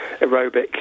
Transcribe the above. aerobic